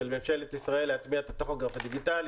של ממשלת ישראל להטמיע את הטכוגרף הדיגיטלי.